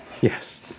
Yes